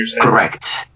Correct